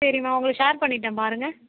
சரிம்மா உங்களுக்கு ஷேர் பண்ணிவிட்டேன் பாருங்கள்